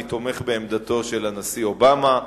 אני תומך בעמדתו של הנשיא אובמה.